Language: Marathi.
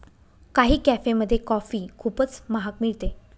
काही कॅफेमध्ये कॉफी खूपच महाग मिळते